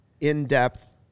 in-depth